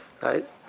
Right